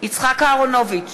יצחק אהרונוביץ,